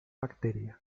bacterias